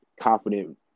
confident